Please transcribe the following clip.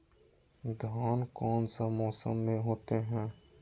धान कौन सा मौसम में होते है?